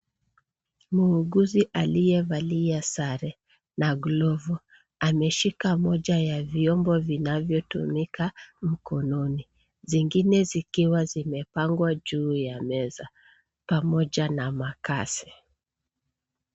Muuguzi aliyevalia sare na glovu ameshika moja ya vyombo vinavyotumika mkononi, zingine zikiwa zimepangwa juu ya meza, pamoja na makasi.